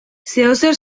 zeozer